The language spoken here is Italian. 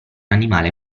animale